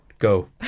go